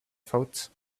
thought